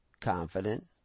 confident